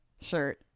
shirt